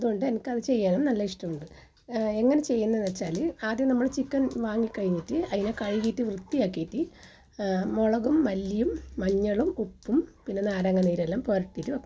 അതു കൊണ്ട് എനിക്ക് അത് ചെയ്യാനും നല്ല ഇഷ്ടമുണ്ട് എങ്ങനെ ചെയ്യുന്നു എന്നു വെച്ചാൽ ആദ്യം നമ്മൾ ചിക്കൻ വാങ്ങി കഴിഞ്ഞിട്ട് അതിനെ കഴുകിയിട്ട് വൃത്തിയാക്കിയിട്ട് മുളകും മല്ലിയും മഞ്ഞളും ഉപ്പും പിന്നെ നാരങ്ങാ നീരെല്ലാം പുരട്ടിയിട്ട് വെക്കണം